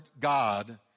God